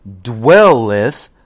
dwelleth